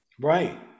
Right